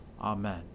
Amen